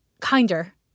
kinder